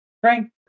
Frank